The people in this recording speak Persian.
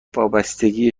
وابستگیه